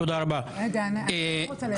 רגע, גם אני רוצה.